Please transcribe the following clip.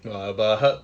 ya but I heard